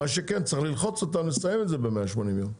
מה שכן, צריך ללחוץ אותם לסיים את זה ב-180 ימים.